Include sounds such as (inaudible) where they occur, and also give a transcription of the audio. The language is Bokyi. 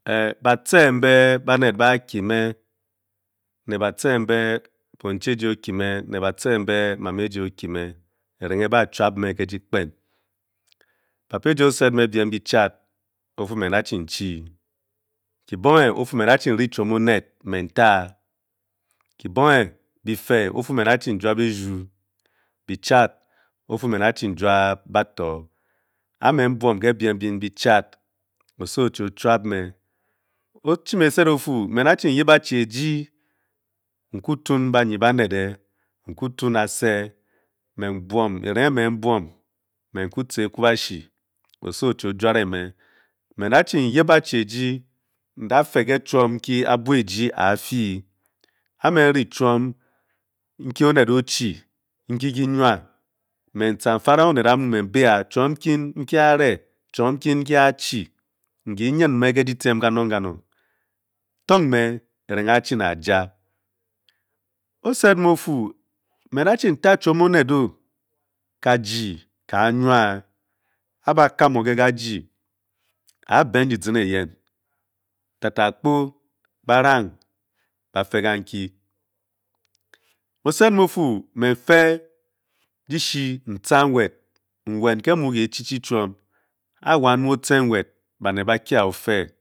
(hesitation) Batchee mbé bannet bá kimé ne bacha mbé bon-chi eji né batchee mbé boné eji oki-me, mbé ké ba chuope méka di ̂kpen. Bonchi eji osuet mé be-am be chat, (unintelligible) ki-bonge ofú me nda-chu tá chuom oneń e bije e ofu me nda-chi njuab eju bi-chat ofú me ncha-chi njuab bato o emé nbuom ke be-em bin be- cha. Ó sowo ochi ojuabe mé. O-chi me set ofu me nda-chi nyde a chi eji nfe ke banyi bannet, nda ku tun anseé mé nbuom ki-rang mbuom o kú che Ekubashi o sowo ochi ojuare me, nda chi nyip achi eji nda fe ke chuo nki ke-nwa, ki abuo eji a'fii a me ri chuop nki onnet ochi chum, Aki orê, mé tcha nkam nfrang onen amu mbe chuom ki achi nki are nki kinyn be ke dydiem ka-nung, tung me kiranv atce ne aja kan-ki, o-sed mé ofui me da fa choupe onet-o, kajii-kangwo ofu me fe dichi ke nwet, é onen|nwet ke ti chuom, e-wan oche-nwet ba-chi ba ke-a ofe